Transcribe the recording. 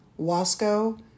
Wasco